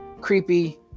Creepy